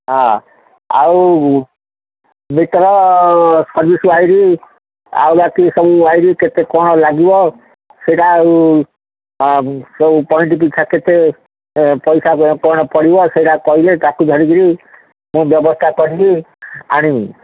ହଁ ଆଉ meter service wiring ଆଉ ବାକି ସବୁ ୱାଇରିଂ କେତେ କ'ଣ ଲାଗିବ ସେଇଟା ଆଉ ସବୁ ପଏଣ୍ଟ ପିଛା କେତେ ପଇସା କ'ଣ ପଡ଼ିବ ସେଇଟା କହିଲେ ତାକୁ ଧରିକିରି ମୁଁ ବ୍ୟବସ୍ଥା କରିବି ଆଣିବି